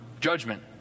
judgment